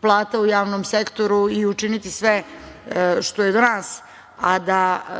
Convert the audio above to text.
plata u javnom sektoru i učiniti sve što je do nas, a